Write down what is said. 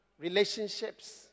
Relationships